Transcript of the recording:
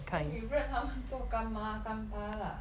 then 你认他们做干妈干爸啦